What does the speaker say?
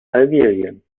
algerien